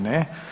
Ne.